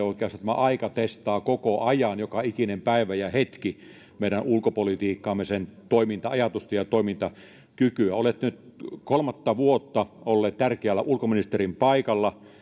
oikeastaan tämä aika testaa koko ajan joka ikinen päivä ja hetki meidän ulkopolitiikkaamme sen toiminta ajatusta ja toimintakykyä kun olette nyt kolmatta vuotta ollut tärkeällä ulkoministerin paikalla